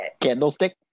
candlestick